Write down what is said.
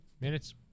Minutes